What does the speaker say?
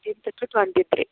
eighteenth to twenty three